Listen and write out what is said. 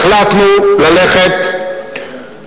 החלטנו ללכת,